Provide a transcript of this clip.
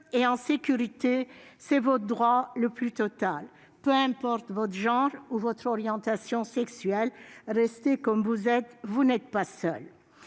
et en sécurité, c'est votre droit le plus total. Peu importe votre genre ou votre orientation sexuelle. Restez comme vous êtes. Vous n'êtes pas seuls.